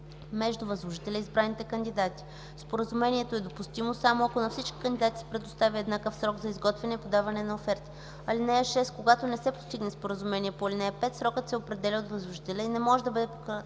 между възложителя и избраните кандидати. Споразумението е допустимо само ако на всички кандидати се предостави еднакъв срок за изготвяне и подаване на оферти. (6) Когато не се постигне споразумение по ал. 5, срокът се определя от възложителя и не може да бъде по-кратък